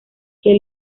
que